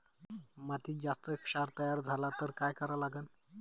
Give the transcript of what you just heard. मातीत जास्त क्षार तयार झाला तर काय करा लागन?